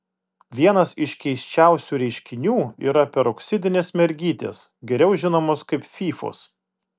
vienas iš keisčiausių reiškinių yra peroksidinės mergytės geriau žinomos kaip fyfos